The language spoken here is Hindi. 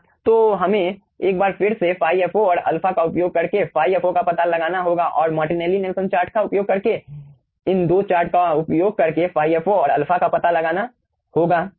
तो हमें एक बार फिर से ϕ fo और अल्फ़ा का उपयोग करके ϕ fo का पता लगाना होगा और मार्टेली नेल्सन चार्ट का उपयोग करके इन 2 चार्ट का उपयोग करके ϕ fo और α का पता लगाना होगा